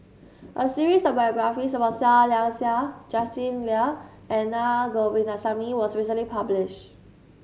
a series of biographies about Seah Liang Seah Justin Lean and Naa Govindasamy was recently publish